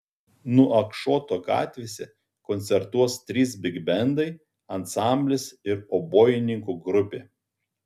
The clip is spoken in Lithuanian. nuakšoto gatvėse koncertuos trys bigbendai ansamblis ir obojininkų grupė